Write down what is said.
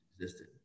existed